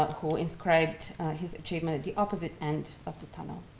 who inscribed his achievement at the opposite end of the tunnel.